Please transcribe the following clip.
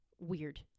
weird